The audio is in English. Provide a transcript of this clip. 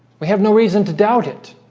we have no reason to doubt it